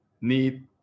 need